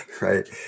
right